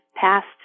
past